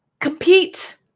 compete